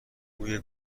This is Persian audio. بوی